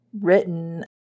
written